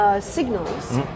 signals